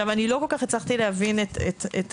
אני לא כל כך הצלחתי להבין את ההבחנה,